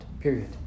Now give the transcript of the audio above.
period